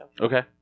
Okay